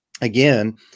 Again